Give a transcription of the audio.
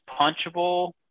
punchable